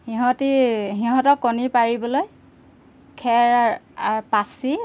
সিহঁতি সিহঁতক কণী পাৰিবলৈ খেৰ পাচি